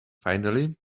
finally